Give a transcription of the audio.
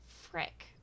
Frick